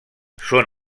són